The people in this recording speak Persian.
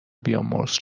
بیامرز